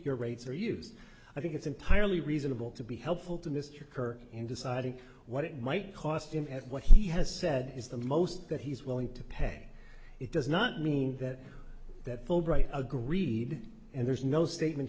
your rates are used i think it's entirely reasonable to be helpful to mr kerr in deciding what it might cost him at what he has said is the most that he's willing to pay it does not mean that that fulbright agreed and there's no statement